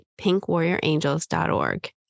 pinkwarriorangels.org